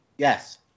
Yes